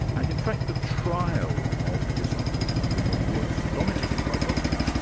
and in fact the trial of this unfortunate woman was dominated by doctors, but